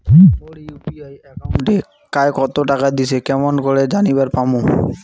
মোর UPI একাউন্টে কায় কতো টাকা দিসে কেমন করে জানিবার পামু?